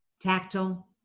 tactile